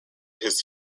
his